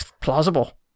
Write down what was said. plausible